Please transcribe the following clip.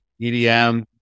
EDM